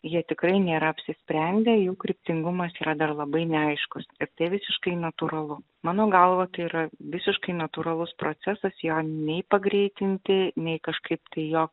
jie tikrai nėra apsisprendę jų kryptingumas yra dar labai neaiškus ir tai visiškai natūralu mano galva tai yra visiškai natūralus procesas jo nei pagreitinti nei kažkaip tai jo